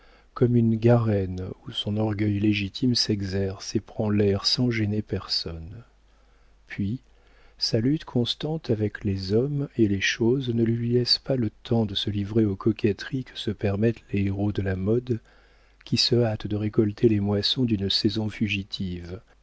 comme une garenne où son orgueil légitime s'exerce et prend l'air sans gêner personne puis sa lutte constante avec les hommes et les choses ne lui laisse pas le temps de se livrer aux coquetteries que se permettent les héros de la mode qui se hâtent de récolter les moissons d'une saison fugitive